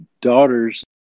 daughters